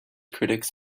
critics